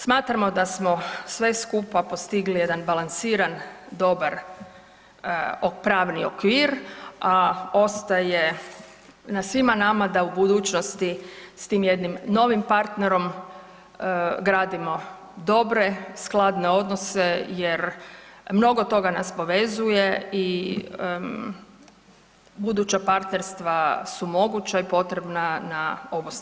Smatramo da smo sve skupa postigli jedan balansiran dobar pravni okvir, a ostaje na svima nama da u budućnosti s tim jednim novim partnerom gradimo dobre, skladne odnose jer mnogo toga nas povezuje i buduća partnerstva su moguća i potrebna na obostranu korist.